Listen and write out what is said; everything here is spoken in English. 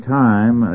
time